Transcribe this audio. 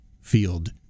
field